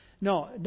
No